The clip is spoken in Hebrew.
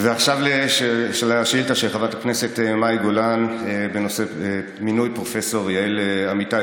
ועכשיו לשאילתה של חברת הכנסת מאי גולן בנושא מינוי פרופ' יעל אמיתי.